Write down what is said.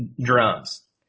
drums